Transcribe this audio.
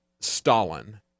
Stalin